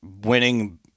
winning